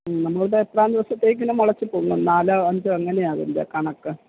ഉം നമ്മളിത് എത്രാം ദിവസത്തേക്ക് മുളച്ച് പൊങ്ങും നാലോ അഞ്ചോ എങ്ങനെയാണ് അതിന്റെ കണക്ക്